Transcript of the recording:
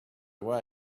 away